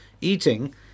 eating